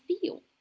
feel